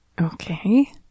Okay